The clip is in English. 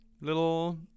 little